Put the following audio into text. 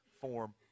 form